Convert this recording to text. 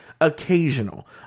Occasional